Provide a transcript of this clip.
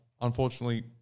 unfortunately